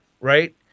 right